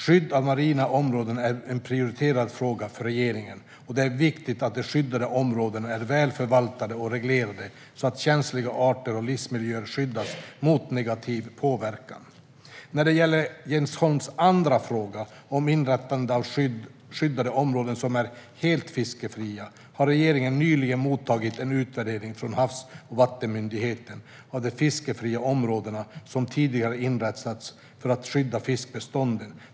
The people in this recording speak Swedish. Skydd av marina områden är en prioriterad fråga för regeringen, och det är viktigt att de skyddade områdena är väl förvaltade och reglerade så att känsliga arter och livsmiljöer skyddas mot negativ påverkan. När det gäller Jens Holms andra fråga - om inrättande av skyddade områden som är helt fiskefria - har regeringen nyligen mottagit en utvärdering från Havs och vattenmyndigheten av de fiskefria områden som tidigare inrättats för att skydda fiskbestånden.